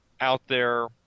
out-there